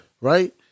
right